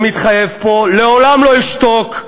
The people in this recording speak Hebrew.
אני מתחייב פה: לעולם לא אשתוק,